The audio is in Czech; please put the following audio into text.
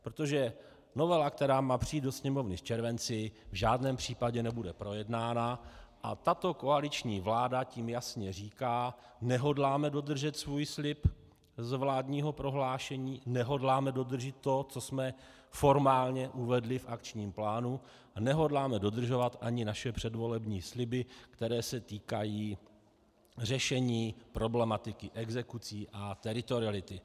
Protože novela, která má přijít do Sněmovny v červenci, v žádném případě nebude projednána, a tato koaliční vláda tím jasně říká: nehodláme dodržet svůj slib z vládního prohlášení, nehodláme dodržet to, co jsme formálně uvedli v akčním plánu, nehodláme dodržovat ani naše předvolební sliby, které se týkají řešení problematiky exekucí a teritoriality.